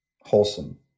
wholesome